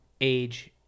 age